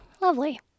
Lovely